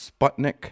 Sputnik